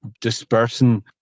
dispersing